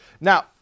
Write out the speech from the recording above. now